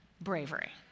bravery